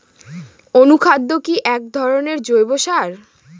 অনুখাদ্য কি এক ধরনের জৈব সার?